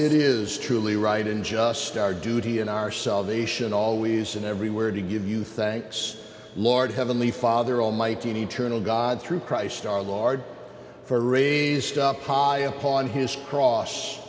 it is truly right in just our duty in our salvation always and everywhere to give you thanks lord heavenly father almighty and eternal god through christ our lord for raised up high upon his cross